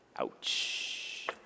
Ouch